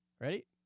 Ready